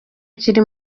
kiri